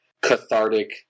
cathartic